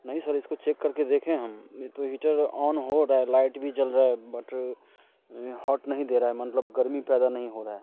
नहीं सर इसको चेक करके देखे हम ये तो हीटर ऑन हो रहा है लाइट भी जल रहा है बट हॉट नहीं दे रहा है मतलब गर्मी पैदा नहीं हो रहा है